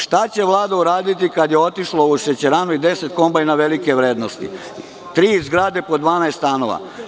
Šta će Vlada uraditi kada je otišlo u šećeranu i 10 kombajna velike vrednosti, tri zgrade po 12 stanova?